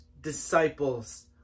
disciples